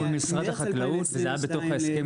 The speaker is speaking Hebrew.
מול משרד החקלאות, זה היה בתוך ההסכם.